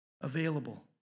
available